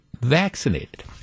vaccinated